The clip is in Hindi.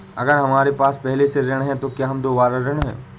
अगर हमारे पास पहले से ऋण है तो क्या हम दोबारा ऋण हैं?